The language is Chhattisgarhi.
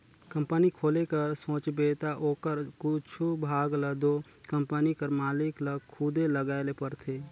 कंपनी खोले कर सोचबे ता ओकर कुछु भाग ल दो कंपनी कर मालिक ल खुदे लगाए ले परथे